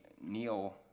Neil